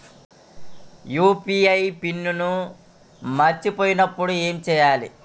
UPI PIN మరచిపోయినప్పుడు ఏమి చేయాలి?